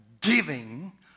Giving